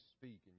speak